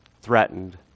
threatened